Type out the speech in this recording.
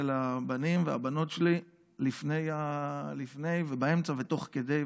הבנים והבנות שלי לפני ובאמצע ותוך כדי,